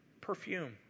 perfume